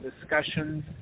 Discussions